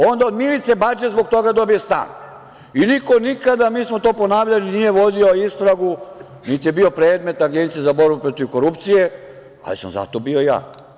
Onda od Milice Badže zbog toga dobije stan i niko nikada, mi smo to ponavljali, nije vodio istragu, niti je bio predmet Agencije za borbu protiv korupcije, ali sam zato bio ja.